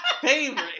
favorite